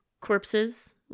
corpses